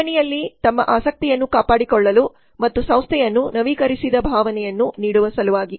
ಕಂಪನಿಯಲ್ಲಿ ತಮ್ಮ ಆಸಕ್ತಿಯನ್ನು ಕಾಪಾಡಿಕೊಳ್ಳಲು ಮತ್ತು ಸಂಸ್ಥೆಯನ್ನು ನವೀಕರಿಸಿದ ಭಾವನೆಯನ್ನು ನೀಡುವ ಸಲುವಾಗಿ